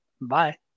Bye